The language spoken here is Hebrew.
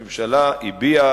ראש הממשלה הביע,